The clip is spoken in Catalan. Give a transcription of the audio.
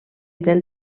del